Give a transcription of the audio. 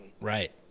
right